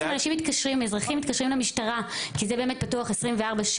בעצם אזרחים מתקשרים למשטרה כי זה באמת פתוח 24/7,